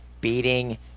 beating